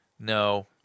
No